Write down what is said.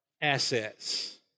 assets